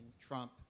Trump